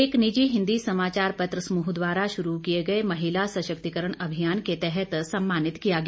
एक निजी हिन्दी समाचार पत्र समूह द्वारा शुरू किए गए महिला सशक्तिकरण अभियान के तहत सम्मानित किया गया